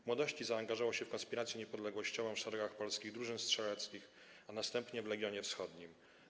W młodości zaangażował się w konspirację niepodległościową w szeregach Polskich Drużyn Strzeleckich, a następnie w Legionie Wschodnim.